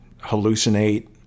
hallucinate